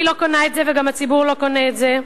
אני לא קונה את זה וגם הציבור לא קונה את זה.